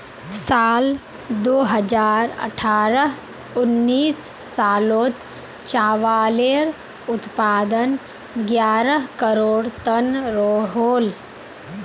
साल दो हज़ार अठारह उन्नीस सालोत चावालेर उत्पादन ग्यारह करोड़ तन रोहोल